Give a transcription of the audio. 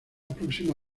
próximo